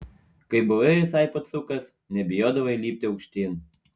kai buvai visai pacukas nebijodavai lipti aukštyn